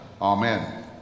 Amen